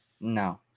No